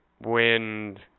wind